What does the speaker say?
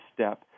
step